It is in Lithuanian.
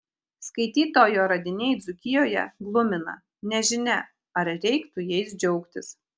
skaitytojo radiniai dzūkijoje glumina nežinia ar reiktų jais džiaugtis